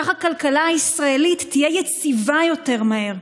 כך הכלכלה הישראלית תהיה יציבה יותר מהר,